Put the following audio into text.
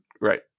Right